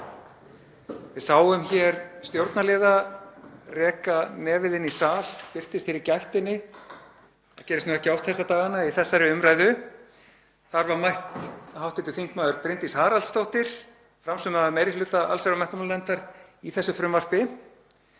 við sáum hér stjórnarliða reka nefið inn í sal, birtist hér í gættinni. Það gerist ekki oft þessa dagana í þessari umræðu. Þar var mætt hv. þm. Bryndís Haraldsdóttir, framsögumaður meiri hluta allsherjar- og menntamálanefndar í þessu frumvarpi.